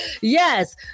yes